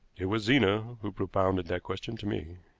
it was zena who propounded that question to me.